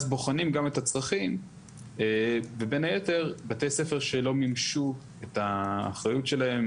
אז בוחנים את הצרכים ובין היתר בתי-ספר שלא מימשו את האחריות שלהם,